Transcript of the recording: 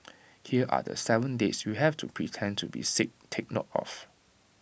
here are the Seven dates you have to pretend to be sick take note of